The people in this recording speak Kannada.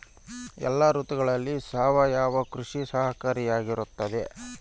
ಎಲ್ಲ ಋತುಗಳಲ್ಲಿ ಸಾವಯವ ಕೃಷಿ ಸಹಕಾರಿಯಾಗಿರುತ್ತದೆಯೇ?